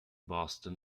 boston